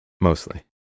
Mostly